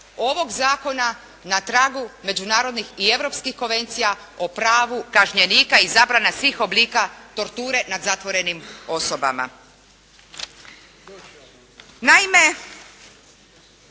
ovog zakona na tragu međunarodnih i europskih konvencija o pravu kažnjenika i zabrana svih oblika torture nad zatvorenim osobama. Naime,